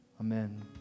Amen